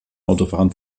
autofahrern